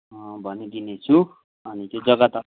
भनिदिने छु अनि त्यो जग्गा